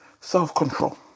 self-control